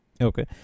Okay